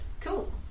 cool